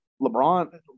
LeBron